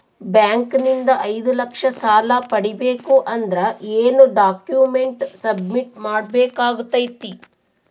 Bank ನಿಂದ ಐದು ಲಕ್ಷ ಸಾಲ ಪಡಿಬೇಕು ಅಂದ್ರ ಏನ ಡಾಕ್ಯುಮೆಂಟ್ ಸಬ್ಮಿಟ್ ಮಾಡ ಬೇಕಾಗತೈತಿ?